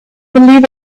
believe